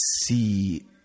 see